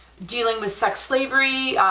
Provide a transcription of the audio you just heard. dealing with sex slavery,